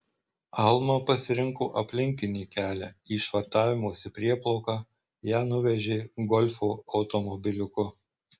alma pasirinko aplinkinį kelią į švartavimosi prieplauką ją nuvežė golfo automobiliuku